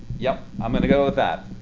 yeah i'm gonna go with that.